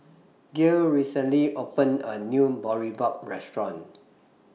Gael recently opened A New Boribap Restaurant